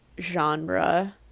genre